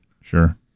Sure